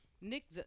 Nick